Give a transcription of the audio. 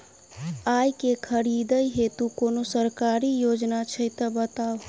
आइ केँ खरीदै हेतु कोनो सरकारी योजना छै तऽ बताउ?